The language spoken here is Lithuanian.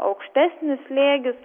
aukštesnis slėgis